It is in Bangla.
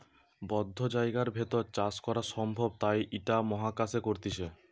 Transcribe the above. বদ্ধ জায়গার ভেতর চাষ করা সম্ভব তাই ইটা মহাকাশে করতিছে